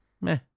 Meh